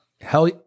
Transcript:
hell